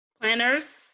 planners